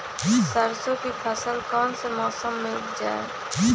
सरसों की फसल कौन से मौसम में उपजाए?